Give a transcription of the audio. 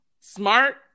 smart